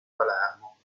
palermo